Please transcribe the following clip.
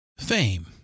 Fame